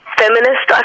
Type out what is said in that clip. feminist